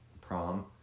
prom